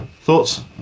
Thoughts